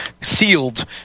sealed